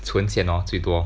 存钱 lor 最多